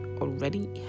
already